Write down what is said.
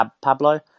pablo